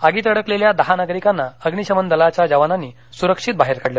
आगीत अडकलेल्या दहा नागरिकांना अग्निशमन दलाच्या जवानांनी सुरक्षित बाहेर काढले